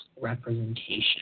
representation